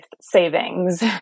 savings